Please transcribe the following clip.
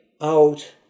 out